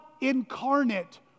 incarnate